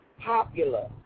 popular